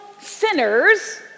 sinners